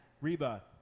Reba